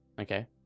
Okay